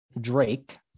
Drake